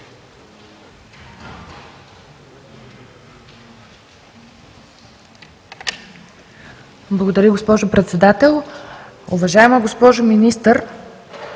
Благодаря Ви, госпожо Председател. Уважаеми господин Министър,